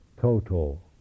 total